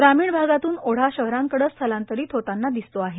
ग्रामीण भागातून ओढा शहरांकडे स्थलांतरित होताना दिसतो आहे